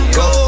go